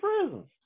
prisons